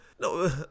No